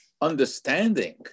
understanding